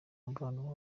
mubano